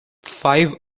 five